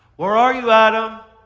where are you, adam?